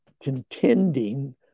contending